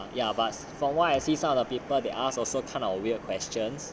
ya but from what I see some of the people they asked also kind of weird questions